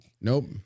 nope